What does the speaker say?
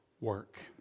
work